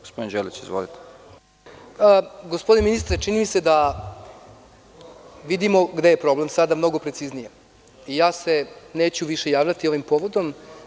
Gospodine ministre, čini mi se da vidimo gde je problem sada mnogo preciznije i ja se neću više javljati ovim povodom.